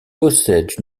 possède